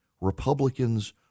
Republicans